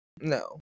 No